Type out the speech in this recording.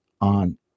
on